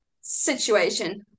situation